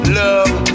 love